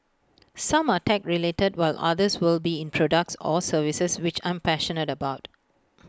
some are tech related while others will be in products or services which I'm passionate about